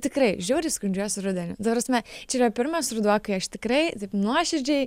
tikrai žiauriai skundžiuosi rudeniu ta prasme čia yra pirmas ruduo kai aš tikrai taip nuoširdžiai